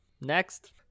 Next